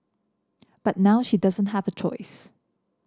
but now she doesn't have a choice